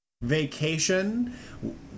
vacation